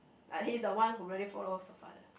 like he's the one who really follows the father